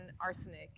arsenic